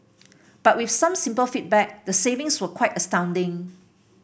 but with some simple feedback the savings were quite astounding